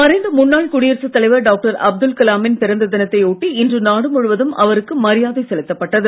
மறைந்த முன்னாள் குடியரசுத் தலைவர் டாக்டர் அப்துல் கலாமின் பிறந்த தினத்தையொட்டி இன்று நாடு முழுவதும் அவருக்கு மரியாதை செலுத்தப்பட்டது